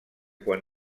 quan